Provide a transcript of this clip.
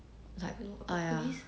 like !aiya!